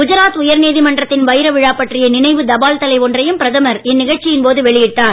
குஜராத் உயர் நீதிமன்றத்தின் வைர விழா பற்றிய நினைவு தபால்தலை ஒன்றையும் பிரதமர் இந்நிகழ்ச்சியின் போது வெளியிட்டார்